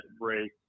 break